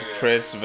Chris